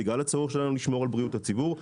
בגלל הצורך שלנו לשמור על בריאות הציבור.